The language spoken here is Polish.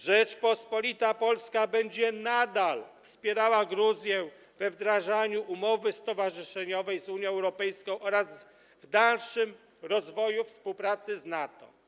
Rzeczpospolita Polska będzie nadal wspierała Gruzję we wdrażaniu umowy stowarzyszeniowej z Unią Europejską oraz w dalszym rozwoju współpracy z NATO.